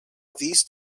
these